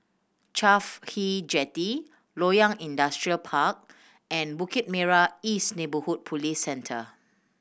CAFHI Jetty Loyang Industrial Park and Bukit Merah East Neighbourhood Police Centre